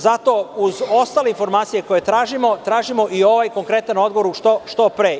Zato, uz ostale informacije koje tražimo, tražimo i ovaj konkretan odgovor što pre.